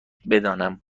بدانم